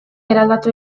eraldatu